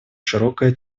широкая